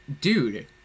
Dude